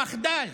במחדל.